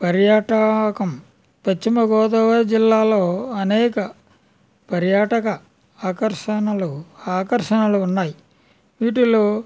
పర్యాటకం పశ్చిమగోదావరి జిల్లాలో అనేక పర్యాటక ఆకర్షణలు ఆకర్షణలు ఉన్నాయి వీటిలో